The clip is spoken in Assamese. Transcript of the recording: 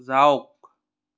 যাওক